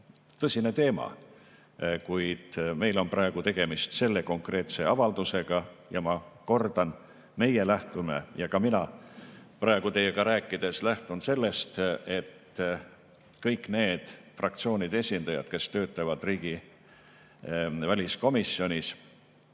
tõsine teema, kuid meil on praegu tegemist selle konkreetse avaldusega. Ja ma kordan: meie lähtume ja ka mina praegu teiega rääkides lähtun sellest, et kõik need fraktsioonide esindajad, kes töötavad väliskomisjonis,